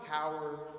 power